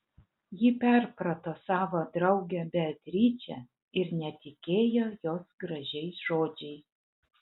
ji perprato savo draugę beatričę ir netikėjo jos gražiais žodžiais